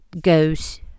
goes